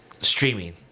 streaming